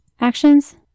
actions